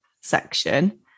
section